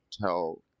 tell